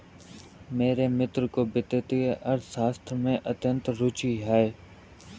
मेरे मित्र को वित्तीय अर्थशास्त्र में अत्यंत रूचि है